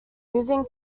using